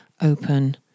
open